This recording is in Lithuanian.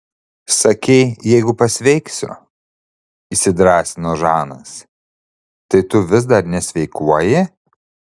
sakei jeigu pasveiksiu įsidrąsino žanas tai tu vis dar nesveikuoji